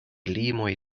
limoj